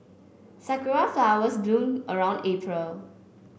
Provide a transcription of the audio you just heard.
sakura flowers bloom around April